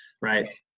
Right